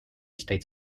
states